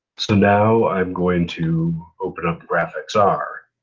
so now i'm going to open up the graphxr.